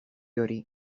hori